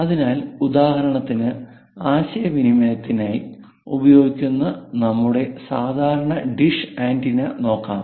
അതിനാൽ ഉദാഹരണത്തിന് ആശയവിനിമയത്തിനായി ഉപയോഗിക്കുന്ന നമ്മളുടെ സാധാരണ ഡിഷ് ആന്റിന നോക്കാം